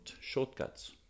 shortcuts